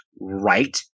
right